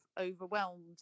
overwhelmed